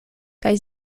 kaj